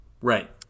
right